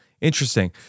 interesting